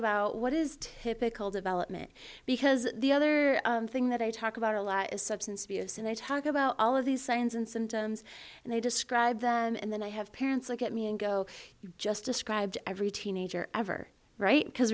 about what is typical development because the other thing that i talk about a lot is substance abuse and i talk about all of these signs and symptoms and they describe them and then i have parents look at me and go you just described every teenager ever right because